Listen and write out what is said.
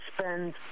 spend